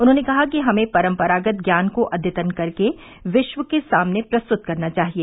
उन्होंने कहा कि हमें परम्परागत ज्ञान को अद्यतन करके विश्व के सामने प्रस्तुत करना चाहिए